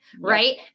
Right